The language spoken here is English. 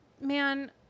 Man